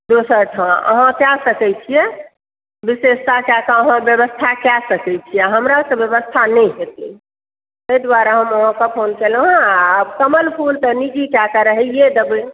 दोसर ठाम अहाँ कए सकैत छियै विशेषता कएके अहाँ व्यवस्था कए सकैत छियै हमरा सऽ व्यवस्था नहि हेतै ताहि दुआरे हम अहाँके फोन केलहुॅं हेँ आ कमल फूल तऽ निजी कएके रहैयै देबै